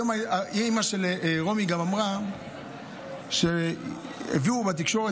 היום אימא של רומי גם אמרה שהביאו בתקשורת